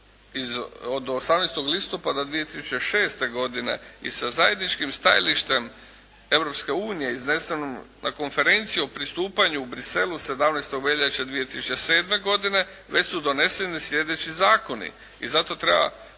od 18. listopada 2006. godine i sa zajedničkim stajalištem Europske unije iznesenim na Konferenciji o pristupanju u Bruxellesu 17. veljače 2007. godine već su doneseni sljedeći zakoni i zato treba